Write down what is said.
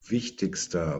wichtigster